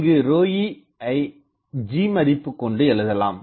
இங்கு ρe ஐ G மதிப்புக்கொண்டு எழுதலாம்